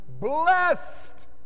blessed